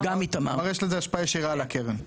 כלומר יש לזה השפעה ישירה על הקרן?